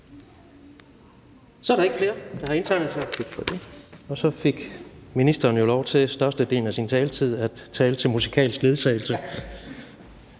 Så er der ikke flere, der har indtegnet sig. Og så fik ministeren jo lov til under størstedelen af sin taletid at tale til musikalsk ledsagelse